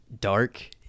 dark